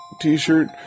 t-shirt